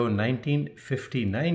1959